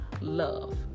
love